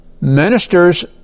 ministers